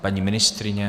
Paní ministryně?